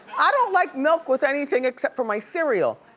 i don't like milk with anything except for my cereal,